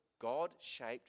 God-shaped